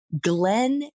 Glenn